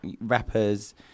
rappers